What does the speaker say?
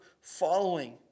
following